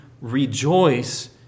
rejoice